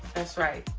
that's right.